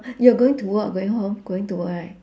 you're going to work or going home going to work right